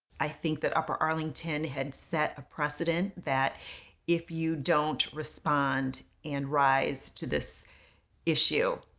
i think that upper arlington had set a precedent that if you don't respond and rise to this issue,